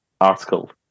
article